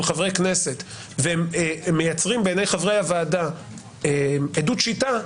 חברי כנסת והם מייצרים בעיני חברי הוועדה עדות שיטה,